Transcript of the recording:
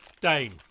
Dane